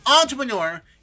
entrepreneur